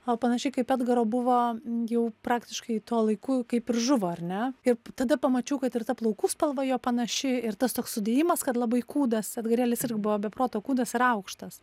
o panašiai kaip edgaro buvo jau praktiškai tuo laiku kaip ir žuvo ar ne ir tada pamačiau kad ir ta plaukų spalva jo panaši ir tas toks sudėjimas kad labai kūdas edgarėlis irgi buvo be proto kūdas ir aukštas